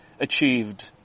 achieved